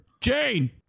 Jane